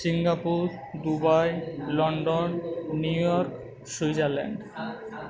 Singapore Dubai London New York Switzerland